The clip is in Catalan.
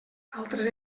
altres